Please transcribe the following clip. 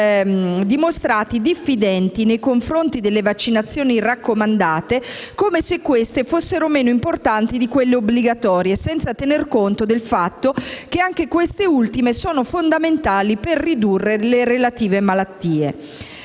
sono dimostrati diffidenti nei confronti delle vaccinazioni raccomandate, come se queste fossero meno importanti di quelle obbligatorie, senza tener conto del fatto che anche queste ultime sono fondamentali per ridurre le relative malattie.